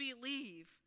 believe